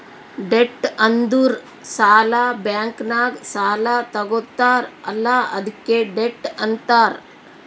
debt ಅಂದುರ್ ಸಾಲ, bank ನಾಗ್ ಸಾಲಾ ತಗೊತ್ತಾರ್ ಅಲ್ಲಾ ಅದ್ಕೆ ಡೆಟ್ ಅಂತಾರ್